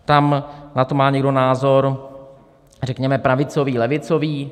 Tam na to má někdo názor řekněme pravicový, levicový.